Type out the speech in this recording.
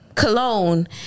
Cologne